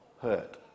hurt